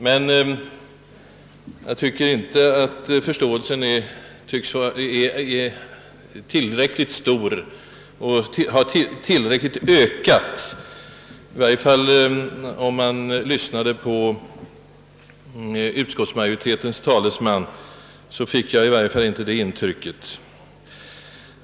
Jag tycker emellertid inte att förståelsen ens nu är tillräckligt stor — i varje fall fick jag inte det intrycket, då jag lyssnade på anförandet av utskottsmajoritetens talesman.